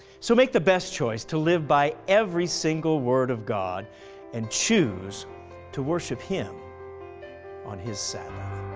so make the best choice to live by every single word of god and choose to worship him on his sabbath.